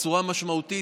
בצורה משמעותית.